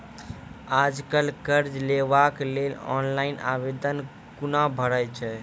आज कल कर्ज लेवाक लेल ऑनलाइन आवेदन कूना भरै छै?